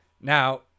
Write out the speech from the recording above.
Now